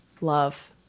Love